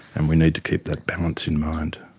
and we need to keep that balance in mind.